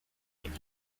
agent